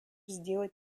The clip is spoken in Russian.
сделать